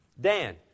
Dan